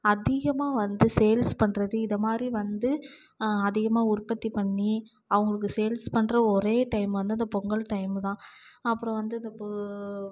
அதிகமாக வந்து சேல்ஸ் பண்ணுறது இதமாதிரி வந்து அதிகமாக உற்பத்தி பண்ணி அவங்களுக்கு சேல்ஸ் பண்ணுற ஒரே டைம் வந்து இந்த பொங்கல் டைம்மு தான் அப்புறம் வந்து இந்த போ